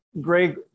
Greg